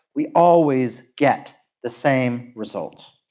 we always get the same result.